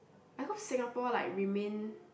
I hope Singapore like remain